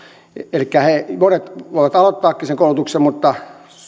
elikkä monet voivat aloittaakin sen koulutuksen mutta